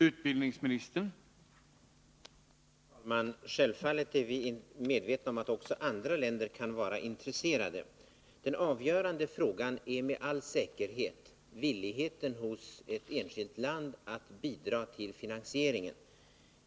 Herr talman! Självfallet är vi medvetna om att också andra länder kan vara intresserade. Den avgörande frågan är med all säkerhet villigheten hos ett enskilt land att bidra till finansieringen.